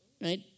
right